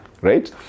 Right